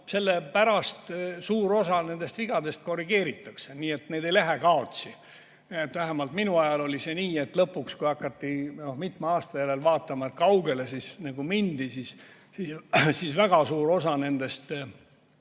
Ja pärast suur osa nendest vigadest korrigeeritakse, nii et need [summad] ei lähe kaotsi. Vähemalt minu ajal oli see nii, et lõpuks, kui hakati mitme aasta järel vaatama, kui kaugele mindi, siis väga suur osa nendest